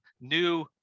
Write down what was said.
new